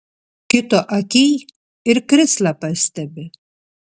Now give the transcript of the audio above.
kito akyj ir krislą pastebi